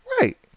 right